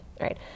right